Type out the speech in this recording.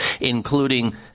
including